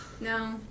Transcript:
No